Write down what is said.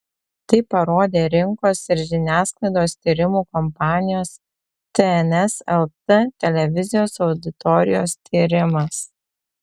tai parodė rinkos ir žiniasklaidos tyrimų kompanijos tns lt televizijos auditorijos tyrimas